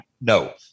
no